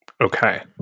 Okay